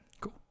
Cool